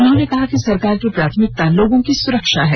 उन्होंने कहा कि सरकार की प्राथमिकता लोगों की सुरक्षा है